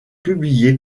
publié